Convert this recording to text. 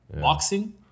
boxing